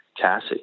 Cassie